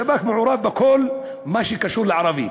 השב"כ מעורב בכל מה שקשור לערבים.